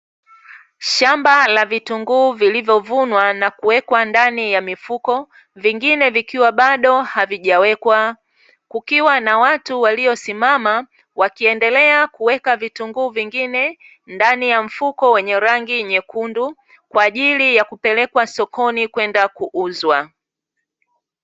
Shamba la vitunguu, vilivyovunwa na kuwekwa ndani ya mifuko vingine vikiwa bado havijawekwa, kukiwa na watu waliosimama wakiendelwa kuweka vitunguu vingine ndani ya mfuko wenye rangi nyekundu kwa ajili ya kupelekwa sokoni kwenda kuuzwa.